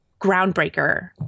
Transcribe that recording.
groundbreaker